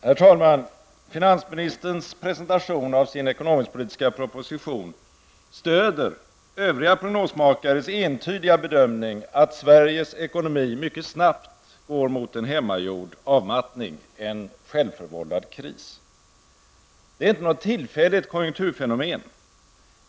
Herr talman! Finansministerns presentation av sin ekonomisk-politiska proposition stöder övriga prognosmakares entydiga bedömning att Sveriges ekonomi mycket snabbt går mot en hemmagjord avmattning, en självförvållad kris. Det är inte något tillfälligt konjunkturfenomen.